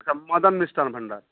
अच्छा मदन मिष्ठान भंडार